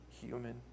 human